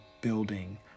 building